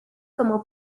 como